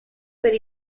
per